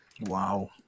wow